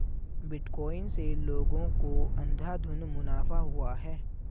bitcoin से लोगों को अंधाधुन मुनाफा हुआ है